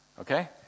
Okay